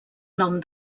nom